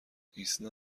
ایسنا